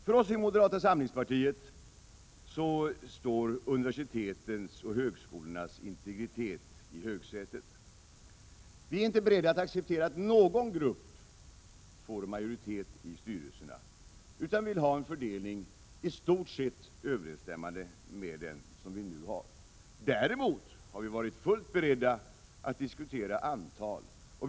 För oss i moderata samlingspartiet sitter universitetens och högskolornas integritet i högsätet. Vi är inte beredda att acceptera att någon grupp får majoritet i styrelserna utan vill ha fördelning i stort sett överensstämmande med den som nu gäller. Däremot har vi varit fullt beredda att diskutera antalet.